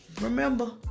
Remember